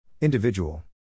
Individual